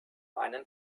einen